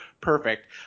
perfect